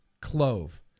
clove